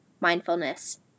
mindfulness